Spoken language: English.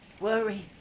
worry